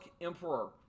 Emperor